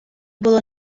було